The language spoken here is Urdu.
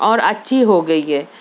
اور اچھی ہوگئی ہے